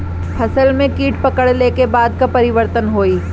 फसल में कीट पकड़ ले के बाद का परिवर्तन होई?